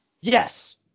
Yes